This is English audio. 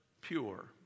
pure